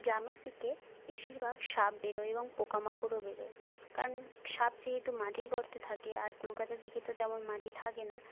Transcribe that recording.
গ্রামের দিকে বেশিরভাগ সাপ বেরোয় এবং পোকা মাকড়ও বেরোয় কারণ সাপ যেহেতু মাটির গর্তে থাকে আর কলকাতার দিকে তো তেমন মাটি থাকে না